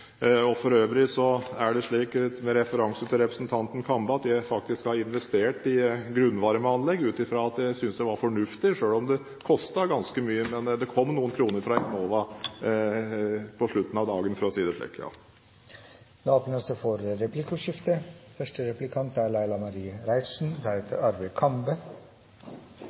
stimuli. For øvrig er det slik, med referanse til representanten Kambe, at jeg faktisk har investert i grunnvarmeanlegg, ut fra at jeg synes det var fornuftig, selv om det kostet ganske mye. Men det kom noen kroner fra Enova på slutten av dagen, for å si det slik. Det åpnes for replikkordskifte.